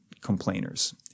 complainers